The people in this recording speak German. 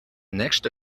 nächste